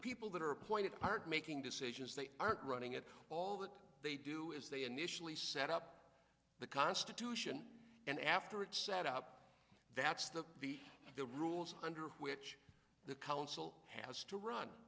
people that are appointed part making decisions they aren't running at all that they do is they initially set up the constitution and after it's set up that's the the rules under which the council has to run